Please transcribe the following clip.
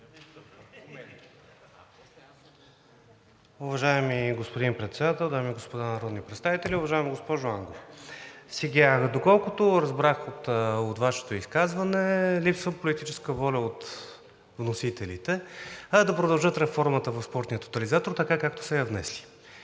Уважаеми господин Председател, дами и господа народни представители! Уважаема госпожо Ангова, доколкото разбрах от Вашето изказване, липсва политическа воля от вносителите да продължат реформата в Спортния тотализатор така, както са я внесли.